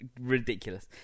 ridiculous